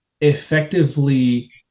effectively